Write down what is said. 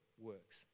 works